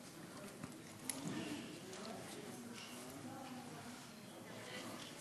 חוק הסדרת העיסוק במקצועות הבריאות